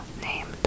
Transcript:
named